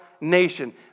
nation